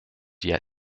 yet